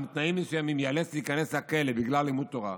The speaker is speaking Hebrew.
בתנאים מסוימים ייאלץ להיכנס לכלא בגלל לימוד תורה,